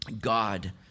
God